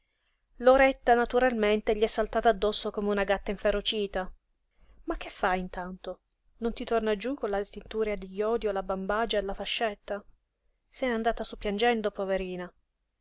loretta naturalmente gli è saltata addosso come una gatta inferocita ma che fa intanto non ti torna giú con la tintura di jodio la bambagia e la fascetta se n'è andata sú piangendo poverina